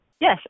Yes